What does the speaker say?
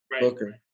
Booker